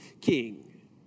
king